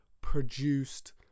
produced